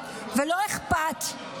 ולא אכפת,